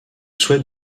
souhait